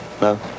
No